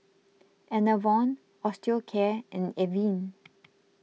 Enervon Osteocare and Avene